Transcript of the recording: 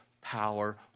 power